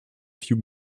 few